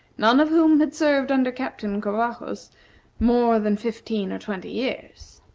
none of whom had served under captain covajos more then fifteen or twenty years.